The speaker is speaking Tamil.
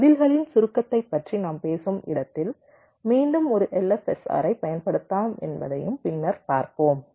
பதில்களின் சுருக்கத்தைப் பற்றி நாம் பேசும் இடத்தில் மீண்டும் ஒரு LFSR ஐ பயன்படுத்தலாம் என்பதையும் பின்னர் பார்ப்போம்